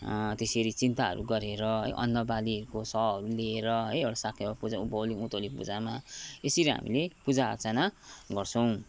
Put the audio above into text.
त्यसरी चिन्ताहरू गरेर है अन्न बालीहरूको सहहरू ल्याएर है एउटा साकेवा पूजा उँभौली उँधौली पूजामा यसरी हामीले पूजा अर्चना गर्छौँ